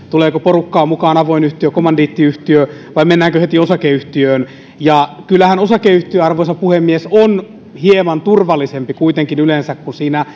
tuleeko porukkaa mukaan onko se avoin yhtiö kommandiittiyhtiö vai mennäänkö heti osakeyhtiöön kyllähän osakeyhtiö arvoisa puhemies on hieman turvallisempi kuitenkin yleensä kun siinä